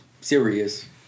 serious